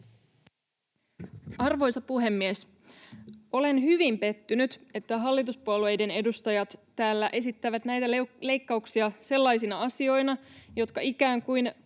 Arvoisa puhemies! Olen hyvin pettynyt, että hallituspuolueiden edustajat täällä esittävät näitä leikkauksia sellaisina asioina, jotka ikään kuin